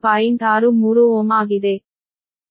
63Ω ಆಗಿದೆ